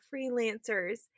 freelancers